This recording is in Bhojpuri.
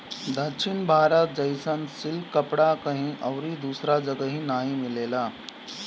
दक्षिण भारत जइसन सिल्क कपड़ा कहीं अउरी दूसरा जगही नाइ मिलेला